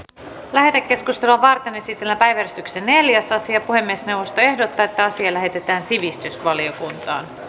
lähetekeskustelua varten esitellään päiväjärjestyksen neljäs asia puhemiesneuvosto ehdottaa että asia lähetetään sivistysvaliokuntaan